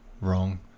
wrong